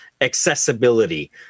accessibility